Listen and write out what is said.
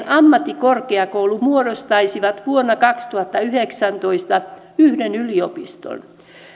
ammattikorkeakoulu muodostaisivat vuonna kaksituhattayhdeksäntoista yhden yliopiston